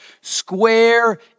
square